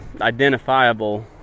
identifiable